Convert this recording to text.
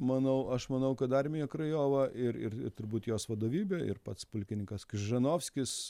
manau aš manau kad armija krajova ir ir ir turbūt jos vadovybė ir pats pulkininkas kryžanovskis